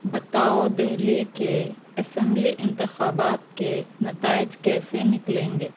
بتاؤ دہلی کے اسمبلی انتخابات کے نتائج کیسے نکلیں گے